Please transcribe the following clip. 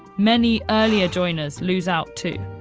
many earlier joiners lose out too.